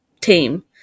team